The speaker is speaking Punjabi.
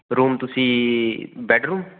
ਰੂਮ ਤੁਸੀਂ ਬੈਡਰੂਮ